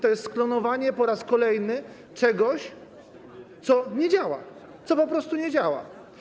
To jest sklonowanie po raz kolejny czegoś, co nie działa, po prostu nie działa.